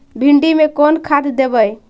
भिंडी में कोन खाद देबै?